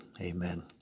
amen